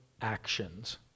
actions